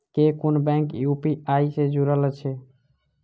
केँ कुन bank UPI सँ जुड़ल अछि?